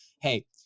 Hey